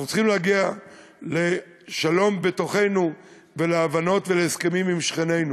אנחנו צריכים להגיע לשלום בתוכנו ולהבנות ולהסכמים עם שכנינו.